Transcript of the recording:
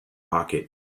pocket